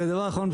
ודבר אחרון,